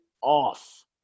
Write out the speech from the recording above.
off